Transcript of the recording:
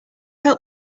help